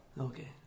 Okay